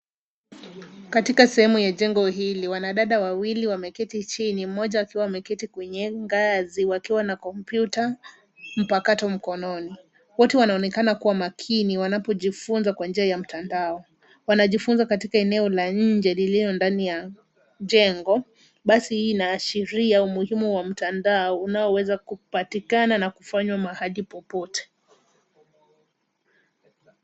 Katika sehemu ya jengo hili. Wanadada wawili wameketi chini moja akiwa ameketi kwenye nganzi wakiwa na kompyuta mpakato mkononi. Watu wanaonekana kuwa makini wanapojifunza kwa njia ya mtandao. Wanajifunza katika eneo la nje lililo ndani ya jengo. Basi hii inaashiria umuhimu wa mtandao unaoweza kupatikana na kufanywa mahali popote.